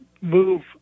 move